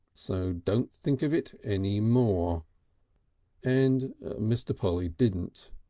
so don't think of it any more and mr. polly didn't.